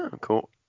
cool